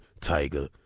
Tiger